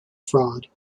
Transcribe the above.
fraud